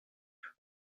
vous